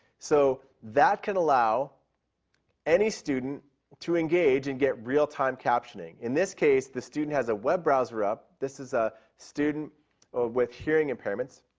so that can allow any student to engage and get real time captioning. in this case, the student has a web browser up. this is a student with hearing impairments.